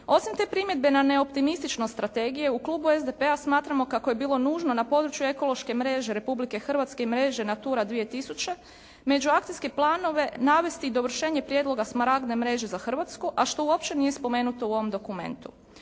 Osim te primjedbe na neoptimističnost strategije u Klubu SDP-a smatramo kako je bilo nužno na području ekološke mreže Republike Hrvatske i mreže Natura 2000. među akcijske planove navesti i dovršenje prijedloga smaragne mreže za Hrvatsku a što uopće nije spomenuto u ovom dokumentu.